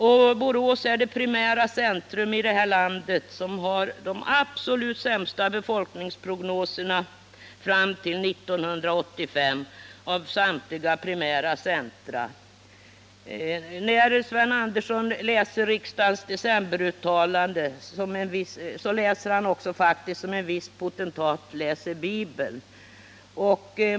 Och Borås är det primära centrum i det här landet som har den absolut sämsta befolkningsprognosen fram till 1985 av samtliga primära centra. Sven Andersson läser riksdagens decemberuttalande som en viss potentat läser bibeln.